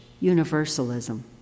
universalism